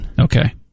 Okay